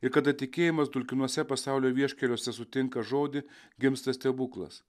ir kada tikėjimas dulkinuose pasaulio vieškeliuose sutinka žodį gimsta stebuklas